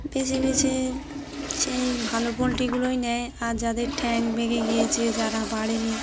বেছে বেছে সেই ভালো পোলট্রিগুলোই নেয় আর যাদের ঠ্যাং ভেঙে গিয়েছে যারা বাড়েনি